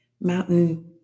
mountain